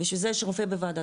בשביל זה יש רופא בוועדות,